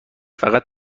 فقط